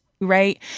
Right